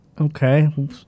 Okay